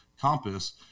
compass